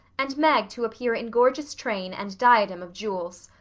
and meg to appear in gorgeous train and diadem of jewels.